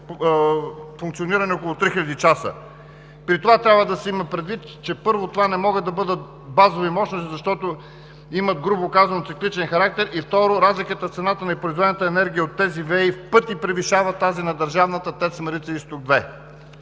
функциониране около три хиляди часа. При това трябва да се има предвид, че, първо, това не могат да бъдат базови мощности, защото имат, грубо казано, цикличен характер и, второ, разликата в цената на произведената енергия от тези ВЕИ в пъти превишава тази на държавната ТЕЦ Марица изток 2.